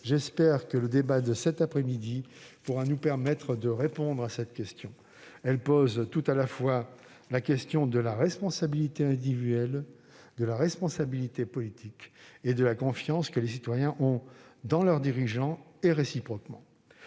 J'espère que le débat de cet après-midi nous permettra de répondre à cette question. La question soulevée est tout à la fois celle de la responsabilité individuelle, de la responsabilité politique et de la confiance que les citoyens ont dans leurs dirigeants, et réciproquement.